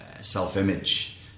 self-image